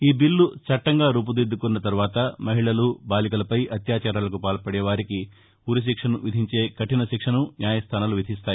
ఈ బిల్ల చట్టంగా రూపుదిద్దుకున్న తర్వాత మహిళలు బాలికలపై అత్యాచారాలకు పాల్బదే వారికి ఉరి శిక్షను విధించే కఠిన శిక్షను న్యాయస్థానాలు విధిస్తాయి